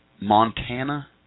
Montana